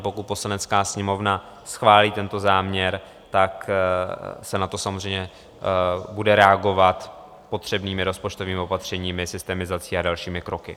Pokud Poslanecká sněmovna schválí tento záměr, tak se na to samozřejmě bude reagovat potřebnými rozpočtovými opatřeními, systemizací a dalšími kroky.